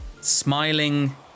smiling